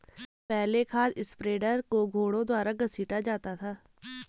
पहले खाद स्प्रेडर को घोड़ों द्वारा घसीटा जाता था